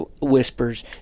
whispers